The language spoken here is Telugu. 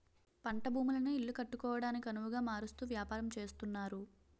పంట భూములను ఇల్లు కట్టుకోవడానికొనవుగా మారుస్తూ వ్యాపారం చేస్తున్నారు